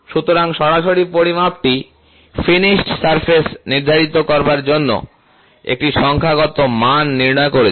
সুতরাং সরাসরি পরিমাপটি ফিনিশড সারফেস নির্ধারিত করার জন্য একটি সংখ্যাগত মান নির্ণয় করেছে